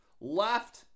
Left